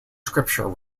scripture